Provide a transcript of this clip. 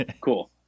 cool